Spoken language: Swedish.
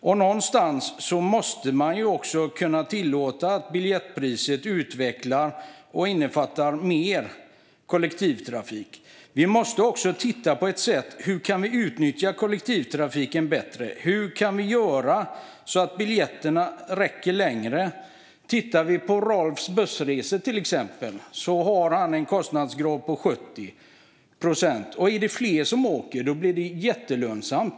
Och någonstans måste man kunna tillåta att biljettpriset utvecklas och innefattar mer kollektivtrafik. Vi måste också titta på hur vi kan utnyttja kollektivtrafiken bättre. Hur kan vi göra så att biljetterna räcker längre? Tittar vi på till exempel Rolfs Flyg & Buss har de en kostnadsgrad på 70 procent. Och om det är fler som åker blir det jättelönsamt.